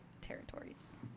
territories